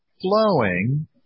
flowing